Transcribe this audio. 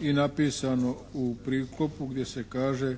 i napisano u priklopu gdje se kaže